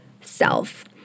self